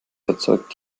erzeugt